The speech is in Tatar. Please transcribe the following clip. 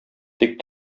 тик